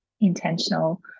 intentional